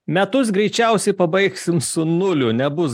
metus greičiausiai pabaigsim su nuliu nebus